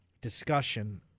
discussion